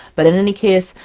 but in any case,